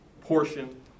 portion